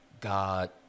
God